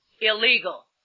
illegal